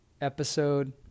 episode